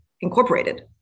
incorporated